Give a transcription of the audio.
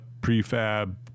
prefab